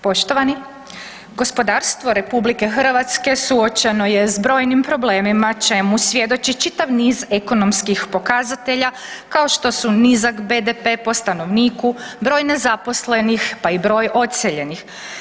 Poštovani, gospodarstvo RH suočeno je s brojnim problemima čemu svjedoči čitav niz ekonomskih pokazatelja kao što su nizak BDP po stanovniku, broj nezaposlenih, pa i broj odseljenih.